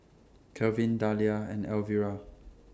Kelvin Dahlia and Elvira